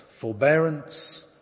forbearance